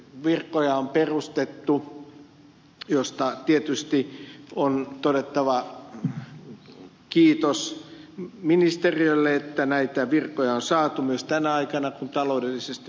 virkoja on perustettu ja siitä tietysti on todettava kiitos ministeriölle että näitä virkoja on saatu myös tänä aikana kun taloudellisesti muuten on ollut tiukkaa